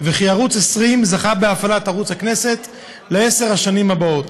וכי ערוץ 20 זכה בהפעלת ערוץ הכנסת לעשר השנים הבאות.